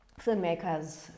filmmakers